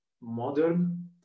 modern